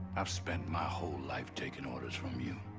i've spent my whole life taking orders from you.